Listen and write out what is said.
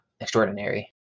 extraordinary